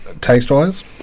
Taste-wise